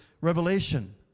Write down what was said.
revelation